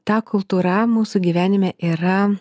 ta kultūra mūsų gyvenime yra